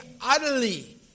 utterly